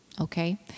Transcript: okay